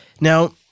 Now